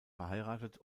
verheiratet